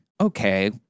okay